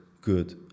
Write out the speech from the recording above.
good